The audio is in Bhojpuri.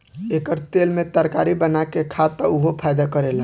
एकर तेल में तरकारी बना के खा त उहो फायदा करेला